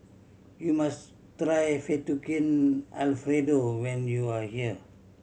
you must try Fettuccine Alfredo when you are here